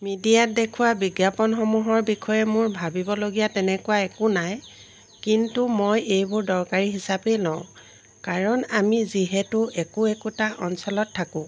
মিডিয়াত দেখোৱা বিজ্ঞাপনসমূহৰ বিষয়ে মোৰ ভাবিবলগীয়া তেনেকুৱা একো নাই কিন্তু মই এইবোৰ দৰকাৰী হিচাপেই লওঁ কাৰণ আমি যিহেতু একো একোটা অঞ্চলত থাকোঁ